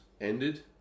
ended